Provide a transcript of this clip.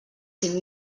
cinc